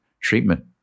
treatment